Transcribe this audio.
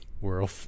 World